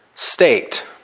State